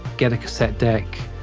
get a cassette deck,